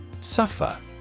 Suffer